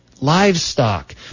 livestock